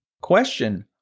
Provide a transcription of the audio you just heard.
Question